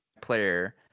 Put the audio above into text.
player